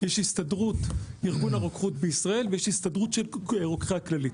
יש הסתדרות ארגון הרוקחות בישראל ויש הסתדרות רוקחי הכללית.